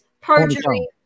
perjury